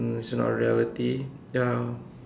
um it's not reality ya